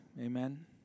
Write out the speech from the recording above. Amen